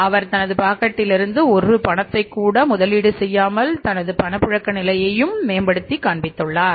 அவர் தனது பாக்கெட்டிலிருந்து ஒரு பணத்தை கூட முதலீடு செய்யாமல் தனது பணப்புழக்க நிலையை மேம்படுத்தியுள்ளார்